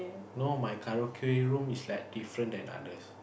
no my karaoke room is like different than others